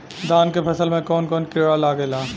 धान के फसल मे कवन कवन कीड़ा लागेला?